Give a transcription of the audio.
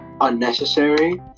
unnecessary